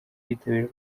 bitabiriye